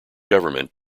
government